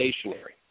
stationary